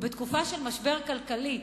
ובתקופה של משבר כלכלי,